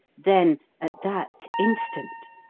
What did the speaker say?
then, at that instant,